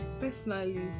personally